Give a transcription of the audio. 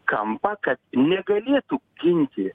kampą kad negalėtų ginti